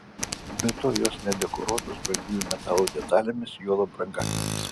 be to jos nedekoruotos brangiųjų metalų detalėmis juolab brangakmeniais